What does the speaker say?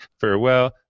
farewell